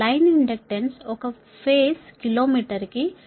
line inductance ఒక phase కిలో మీటరుకు 0